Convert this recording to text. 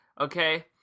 Okay